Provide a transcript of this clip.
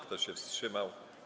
Kto się wstrzymał?